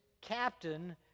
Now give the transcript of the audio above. captain